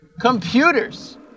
Computers